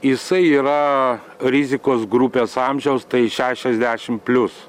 jisai yra rizikos grupės amžiaus tai šešiasdešim plius